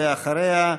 ואחריה,